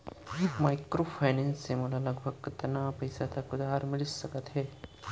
Microfinance से मोला लगभग कतना पइसा तक उधार मिलिस सकत हे?